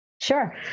Sure